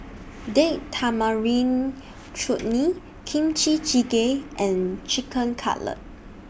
Date Tamarind Chutney Kimchi Jjigae and Chicken Cutlet